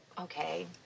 Okay